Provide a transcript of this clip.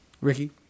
Ricky